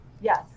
Yes